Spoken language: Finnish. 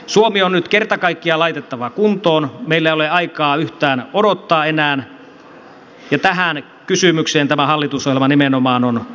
suomi on nyt kerta kaikkiaan laitettava kuntoon meillä ei ole enää yhtään aikaa odottaa ja tähän kysymykseen tämä hallitusohjelma nimenomaan on vastaamassa